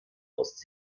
aus